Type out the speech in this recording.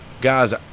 guys